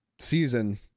season